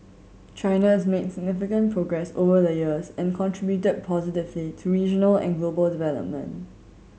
China has made significant progress over the years and contributed positively to regional and global development